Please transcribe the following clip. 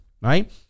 right